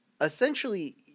Essentially